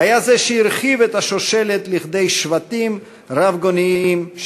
היה זה שהרחיב את השושלת לשבטים רבגוניים,